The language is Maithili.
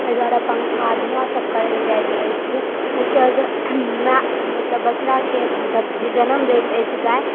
तै द्वारे पंखा धुआं सब करल जाइ छै ओकर बछड़ा के जनम दैत अछि गाय